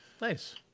Nice